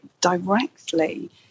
directly